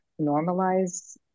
normalize